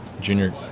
Junior